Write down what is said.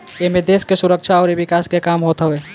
एमे देस के सुरक्षा अउरी विकास के काम होत हवे